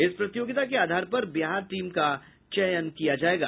इस प्रतियोगिता के आधार पर बिहार टीम का चयन किया जायेगा